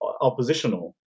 oppositional